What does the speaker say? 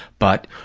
but,